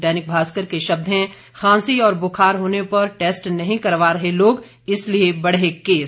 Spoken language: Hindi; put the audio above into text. दैनिक भास्कर के शब्द हैं खांसी और बुखार होने पर टेस्ट नहीं करवा रहे लोग इसलिये बढ़े केस